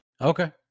Okay